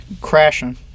crashing